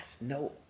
No